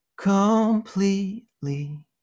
completely